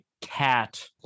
Cat